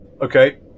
Okay